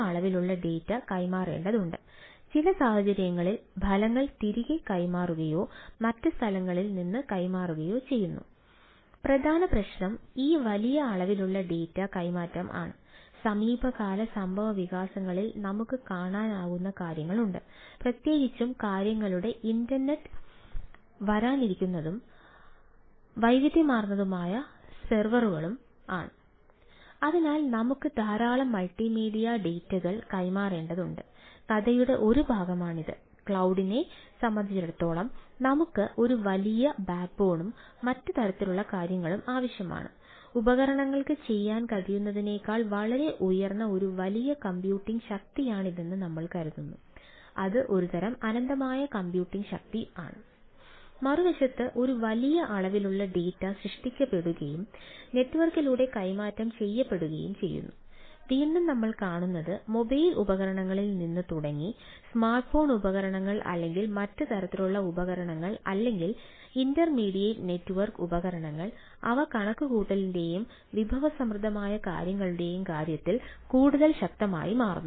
അതിനാൽ നമുക്ക് ധാരാളം മൾട്ടിമീഡിയ ഡാറ്റകൾ ഉണ്ട് മറുവശത്ത് ഒരു വലിയ അളവിലുള്ള ഡാറ്റ ഉപകരണങ്ങൾ അവ കണക്കുകൂട്ടലിന്റെയും വിഭവസമൃദ്ധമായ കാര്യങ്ങളുടെയും കാര്യത്തിൽ കൂടുതൽ ശക്തമായി മാറുന്നു